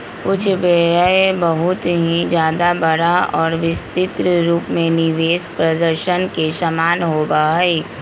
कुछ व्यय बहुत ही ज्यादा बड़ा और विस्तृत रूप में निवेश प्रदर्शन के समान होबा हई